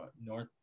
North